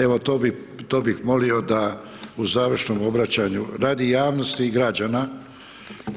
Evo to bih molio da u završnom obraćanju, radi javnosti i građana